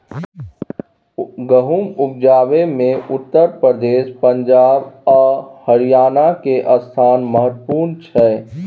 गहुम उपजाबै मे उत्तर प्रदेश, पंजाब आ हरियाणा के स्थान महत्वपूर्ण छइ